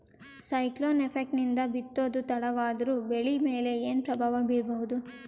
Cyclone effect ನಿಂದ ಬಿತ್ತೋದು ತಡವಾದರೂ ಬೆಳಿ ಮೇಲೆ ಏನು ಪ್ರಭಾವ ಬೀರಬಹುದು?